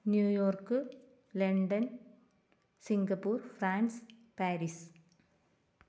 New York London Singapore France Paris